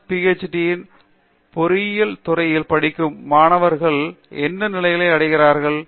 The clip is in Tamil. பேராசிரியர் பிரதாப் ஹரிதாஸ் சரி இந்த சூழலில் உண்மையில் MS மற்றும் PhD மின் பொறியியல் துறையில் முடிக்கும் மாணவர்கள் என்ன நிலைகளை அடைகிறார்கள்